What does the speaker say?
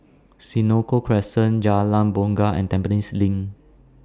Senoko Crescent Jalan Bungar and Tampines LINK